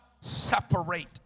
separate